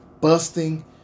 busting